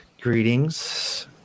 greetings